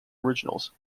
originals